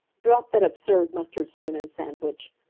drop that absurd mustard spoon and sandwich.